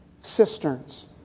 cisterns